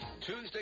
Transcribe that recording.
Tuesday